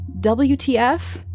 WTF